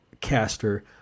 caster